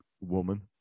woman